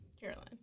Caroline